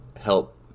Help